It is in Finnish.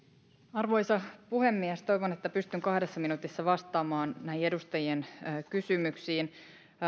arvoisa puhemies toivon että pystyn kahdessa minuutissa vastaamaan näihin edustajien kysymyksiin